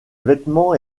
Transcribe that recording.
vêtement